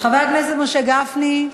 חבר הכנסת משה גפני,